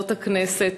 חברות הכנסת,